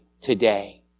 today